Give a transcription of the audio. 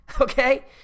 Okay